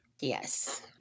Yes